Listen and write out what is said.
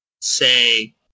say